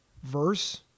Verse